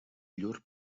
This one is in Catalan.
llur